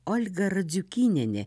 olga radziukynienė